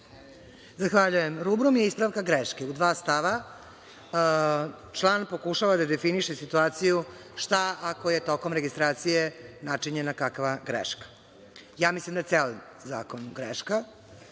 Zahvaljujem. Rubrum je ispravka greške. U dva stava član pokušava da definiše situaciju šta ako je tokom registracije načinjena kakva greška. Ja mislim da je ceo zakon greška